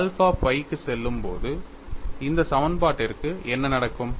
alpha phi க்குச் செல்லும்போது இந்த சமன்பாட்டிற்கு என்ன நடக்கும்